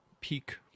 peak